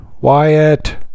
Wyatt